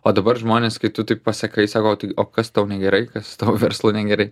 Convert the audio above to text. o dabar žmonės kai tu tik pasakai sako tai o kas tau negerai kas tau verslui negerai